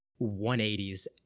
180s